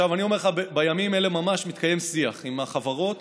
אני אומר לך, בימים אלה ממש מתקיים שיח עם החברות